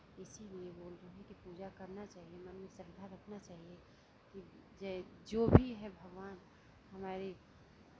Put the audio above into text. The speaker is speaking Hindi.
इसीलिए बोल रहे हैं कि पूजा करना चाहिए मन में श्रद्धा रखना चाहिए की जै जो भी है भगवान हमारी